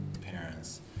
parents